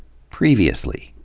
previously,